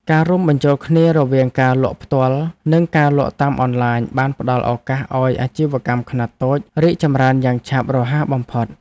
ការរួមបញ្ចូលគ្នារវាងការលក់ផ្ទាល់ និងការលក់តាមអនឡាញបានផ្ដល់ឱកាសឱ្យអាជីវកម្មខ្នាតតូចរីកចម្រើនយ៉ាងឆាប់រហ័សបំផុត។